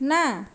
ନା